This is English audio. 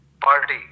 party